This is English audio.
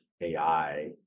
AI